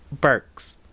Burks